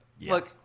Look